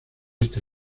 este